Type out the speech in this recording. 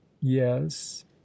yes